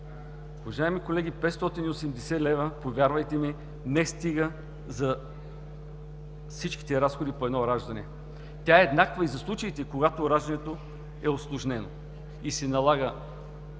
Уважаеми колеги, 580 лв., повярвайте ми, не стигат за всички разходи по едно раждане. Тя е еднаква и за случаите, когато раждането е усложнено и се налага